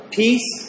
peace